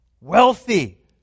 wealthy